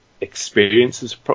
experiences